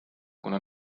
kuna